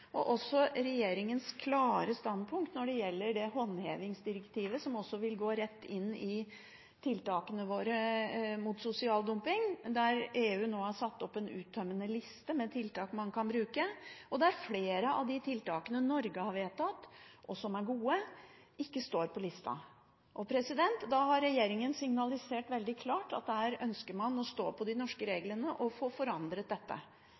og også for regjeringens klare standpunkt når det gjelder det håndhevingsdirektivet som vil gå rett inn i tiltakene våre mot sosial dumping, der EU nå har satt opp en uttømmende liste med tiltak man kan bruke, og der flere av de tiltakene Norge har vedtatt, og som er gode, ikke står på lista. Da har regjeringen signalisert veldig klart at der ønsker man å stå på de norske reglene og få forandret dette.